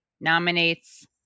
nominates